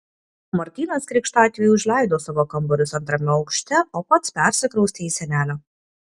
martynas krikštatėviui užleido savo kambarius antrame aukšte o pats persikraustė į senelio